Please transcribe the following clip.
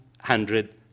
hundred